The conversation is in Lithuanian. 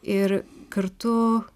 ir kartu